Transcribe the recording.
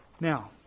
Now